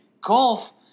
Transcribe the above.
Golf